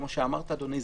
כפי שאמרת אדוני,